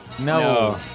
No